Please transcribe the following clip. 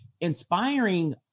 inspiring